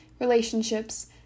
relationships